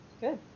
good